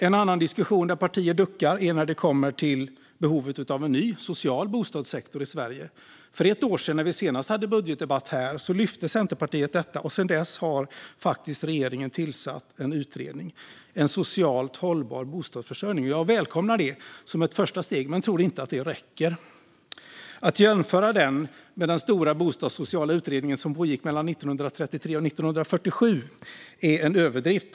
En annan diskussion där partier duckar är när det kommer till behovet av en ny social bostadssektor i Sverige. För ett år sedan när vi senast hade budgetdebatt här lyfte Centerpartiet fram detta. Och sedan dess har regeringen tillsatt en utredning, En socialt hållbar bostadsförsörjning. Jag välkomnar det som ett första steg men tror inte att det räcker. Att jämföra den med den stora bostadssociala utredningen som pågick mellan 1933 och 1947 är en överdrift.